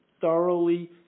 thoroughly